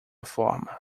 forma